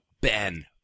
ben